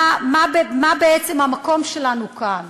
מה בעצם המקום שלנו כאן,